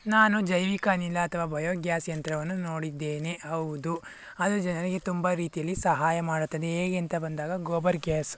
ನಾನು ಜೈವಿಕ ಅನಿಲ ಅಥವಾ ಬಯೋಗ್ಯಾಸ್ ಯಂತ್ರವನ್ನು ನೋಡಿದ್ದೇನೆ ಹೌದು ಅದು ಜನರಿಗೆ ತುಂಬ ರೀತಿಯಲ್ಲಿ ಸಹಾಯ ಮಾಡುತ್ತದೆ ಹೇಗೇಂತ ಬಂದಾಗ ಗೋಬರ್ ಗ್ಯಾಸ್